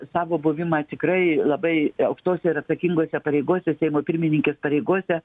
savo buvimą tikrai labai aukštose ir atsakingose pareigose seimo pirmininkės pareigose